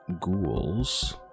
ghouls